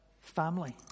family